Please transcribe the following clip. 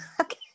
okay